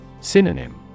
Synonym